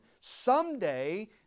Someday